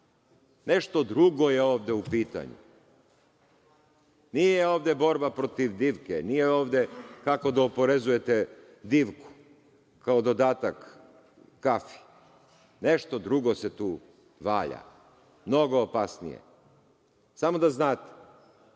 Nešto drugo je ovde u pitanju, nije ovde borba protiv bitke, nije ovde kako da oporezujete divku kao dodatak kafi. Nešto drugo se tu valja. Mnogo opasnije. Samo da znate,